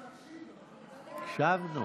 הקשבנו.